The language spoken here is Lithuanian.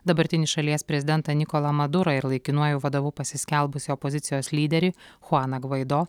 dabartinį šalies prezidentą nikolą madurą ir laikinuoju vadovu pasiskelbusį opozicijos lyderį chuaną gvaido